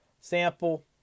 Sample